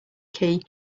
key